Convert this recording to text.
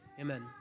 Amen